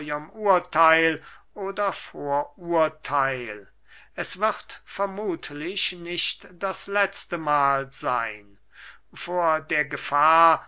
urtheil oder vorurtheil es wird vermuthlich nicht das letzte mahl seyn vor der gefahr